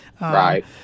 Right